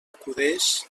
acudeix